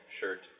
shirt